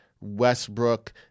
Westbrook